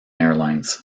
airlines